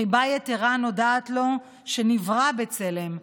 חיבה יתרה נודעת לו שנברא בצלם,